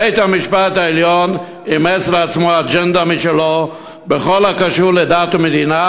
בית-המשפט העליון אימץ לעצמו אג'נדה משלו בכל הקשור לדת ומדינה,